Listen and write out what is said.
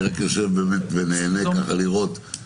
אני רק יושב באמת ונהנה ככה לראות את הדברים.